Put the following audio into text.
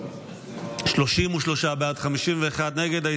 33 בעד, 51 נגד.